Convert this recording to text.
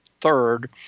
third